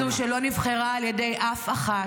האישה הזו, שלא נבחרה על ידי אף אחת,